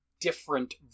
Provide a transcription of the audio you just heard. different